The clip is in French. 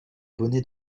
bonnets